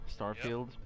starfield